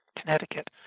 Connecticut